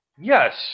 Yes